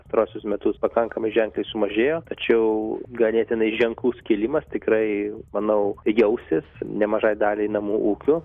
pastaruosius metus pakankamai ženkliai sumažėjo tačiau ganėtinai ženklus kilimas tikrai manau jausis nemažai daliai namų ūkių